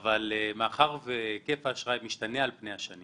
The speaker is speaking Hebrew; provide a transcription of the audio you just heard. מאחר והיקף האשראי משתנה על פני השנים